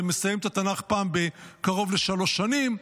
שמסיימים את התנ"ך קרוב לפעם בשלוש שנים,